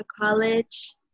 college